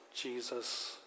Jesus